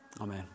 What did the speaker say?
Amen